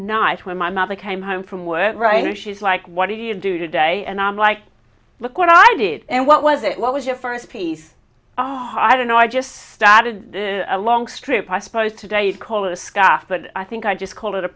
night when my mother came home from work right she's like what do you do today and i'm like look what i did and what was it what was your first piece oh i don't know i just started a long strip i suppose today i'd call it a scotch but i think i just called it a